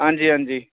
हांजी हांजी